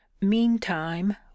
Meantime